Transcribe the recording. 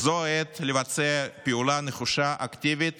זו העת לבצע פעולה נחושה אקטיבית